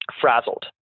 frazzled